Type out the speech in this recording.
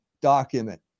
document